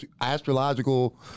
astrological